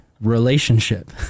relationship